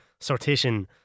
sortition